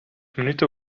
minuten